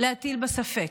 להטיל בה ספק,